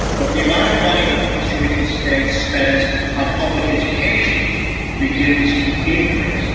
but the amount of money that the costa rican state spends on public education begins to increase.